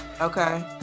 Okay